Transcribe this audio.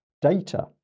data